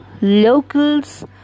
locals